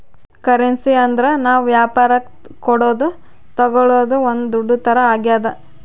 currency ಅಂದ್ರ ನಾವ್ ವ್ಯಾಪರಕ್ ಕೊಡೋದು ತಾಗೊಳೋದು ಒಂದ್ ದುಡ್ಡು ತರ ಆಗ್ಯಾದ